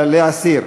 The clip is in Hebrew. להסיר.